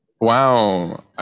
Wow